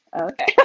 Okay